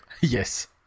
Yes